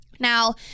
Now